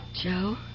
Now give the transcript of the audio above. Joe